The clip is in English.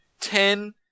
ten